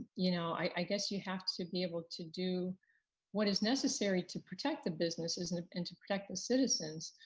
you know i guess you have to be able to do what is necessary to protect the businesses and and to protect the citizens.